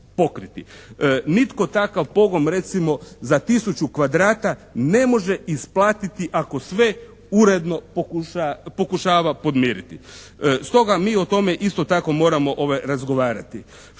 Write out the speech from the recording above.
Nitko takav pogon, recimo, za tisuću kvadrata ne može isplatiti ako sve uredno pokušava podmiriti. Stoga mi o tome isto tako moramo razgovarati.